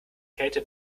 kälte